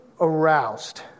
aroused